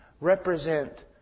represent